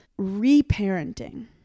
reparenting